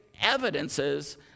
evidences